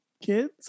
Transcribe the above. kids